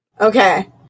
okay